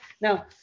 Now